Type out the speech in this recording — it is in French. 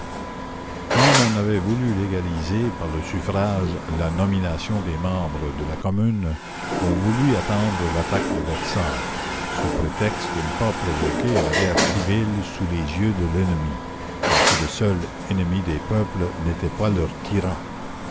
comme on avait voulu légaliser par le suffrage la nomination des membres de la commune on voulut attendre l'attaque de versailles sous prétexte de ne pas provoquer à la guerre civile sous les yeux de l'ennemi comme si le seul ennemi des peuples n'était pas leurs tyrans